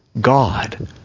God